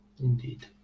indeed